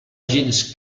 gens